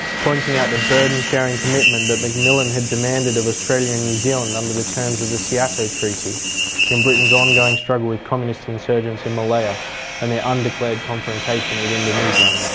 pointing out the burden sharing commitment that macmillan had demanded of australia and new zealand under the terms of the seato treaty in britain's ongoing struggle with communist insurgence in malaya and their undeclared confrontation with indonesia,